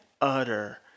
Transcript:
utter